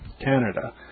Canada